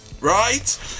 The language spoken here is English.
right